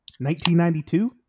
1992